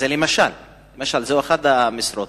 זו למשל אחת המשרות.